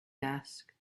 desk